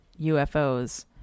ufos